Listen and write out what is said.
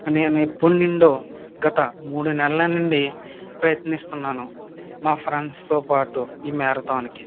నేను ఇప్పడి నుండో గత మూడు నెలల నుండి ప్రయత్నిస్తున్నాను మా ఫ్రెండ్స్తో పాటు ఈ మ్యారథాన్కి